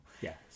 Yes